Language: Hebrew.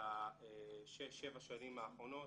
בשש-שבע שנים האחרונות.